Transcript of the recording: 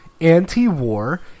anti-war